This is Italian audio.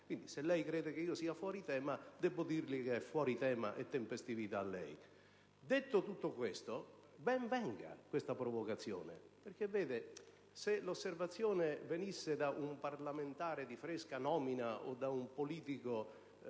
quindi, se lei crede che io sia fuori tema, debbo dirle che è fuori tema e intempestivo lei. Detto tutto questo, ben venga la provocazione. Se l'osservazione provenisse da un parlamentare di fresca nomina o da un politico